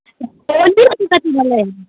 पड़ोसी बाली चाची मरलै हन